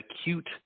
acute